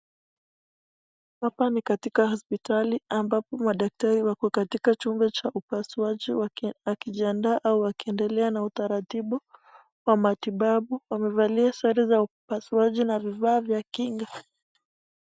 Hapa ni katika hospitali ambapo madaktari wako katika chumba cha upasuaji wakijiandaa au wakiendelea na utaratibu kwa matibabu , wamevalia sare za upasuaji na vifaa vya kinga.